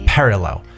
Parallel